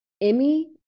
Emmy